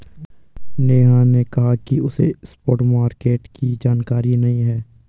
नेहा ने कहा कि उसे स्पॉट मार्केट की जानकारी नहीं है